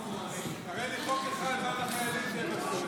תראה לי חוק אחד בעד החיילים שהם עשו.